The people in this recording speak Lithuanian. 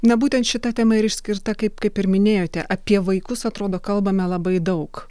na būtent šita tema ir išskirta kaip kaip ir minėjote apie vaikus atrodo kalbame labai daug